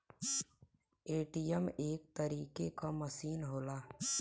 ATM एक तरीके क मसीन होला